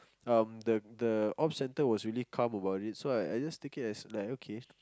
um the the ops centre was really calm about it so I I just take it as like okay